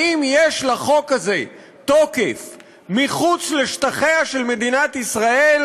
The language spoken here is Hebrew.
האם יש לחוק הזה תוקף מחוץ לשטחיה של מדינת ישראל,